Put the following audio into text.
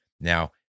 Now